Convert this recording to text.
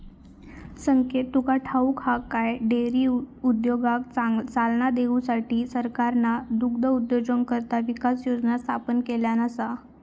संकेत तुका ठाऊक हा काय, डेअरी उद्योगाक चालना देऊसाठी सरकारना दुग्धउद्योजकता विकास योजना स्थापन केल्यान आसा